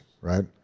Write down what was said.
right